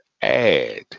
add